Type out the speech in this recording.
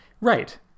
Right